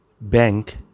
bank